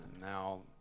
now